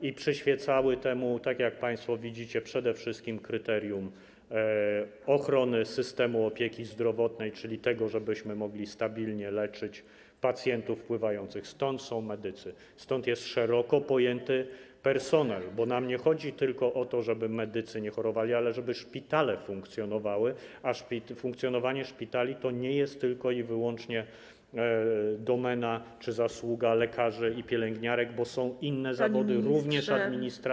I przyświecało temu, tak jak państwo widzicie, przede wszystkim kryterium ochrony systemu opieki zdrowotnej, czyli tego, żebyśmy mogli stabilnie leczyć pacjentów wpływających, stąd są medycy, stąd jest szeroko pojęty personel, bo nam nie chodzi tylko o to, żeby medycy nie chorowali, ale żeby szpitale funkcjonowały, a funkcjonowanie szpitali to nie jest tylko i wyłącznie domena czy zasługa lekarzy i pielęgniarek, bo są inne zawody, również administracja.